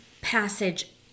passage